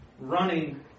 running